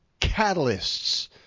catalysts